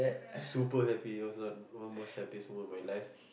super happy it was the one of the most happy moment of my life